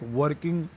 working